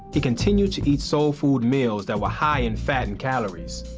he continued to eat soul food meals that were high in fat and calories.